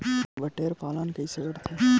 बटेर पालन कइसे करथे?